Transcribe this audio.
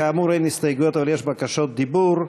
כאמור, אין הסתייגויות, אבל יש בקשות דיבור.